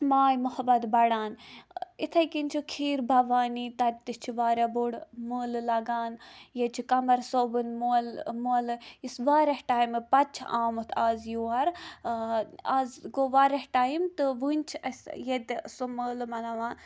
ماے محبت بڑان یِتھے کٔنۍ چھُ کھیربَوانی تَتہِ تہِ چھُ واریاہ بوڑ مٲلہ لگان ییٚتہِ چھُ کَمر صٲبُن مٲلہ مٲلہ یُس واریاہ ٹایمہٕ پَتہٕ چھُ آمُت از یور ٲں از گو واریاہ ٹایم تہٕ وونۍ چھُ اَسہِ ییٚتہِ سُہ مٲلہ مناوان